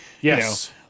yes